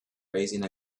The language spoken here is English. raising